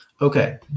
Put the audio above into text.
okay